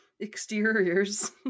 exteriors